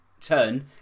turn